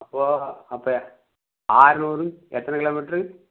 ஓ அப்போ ஆற்நூறு எத்தனை கிலோமீட்ரு